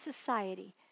society